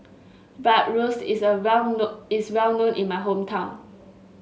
bratwurst is a well is well known in my hometown